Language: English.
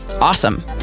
awesome